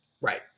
Right